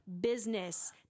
business